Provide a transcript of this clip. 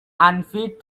unfit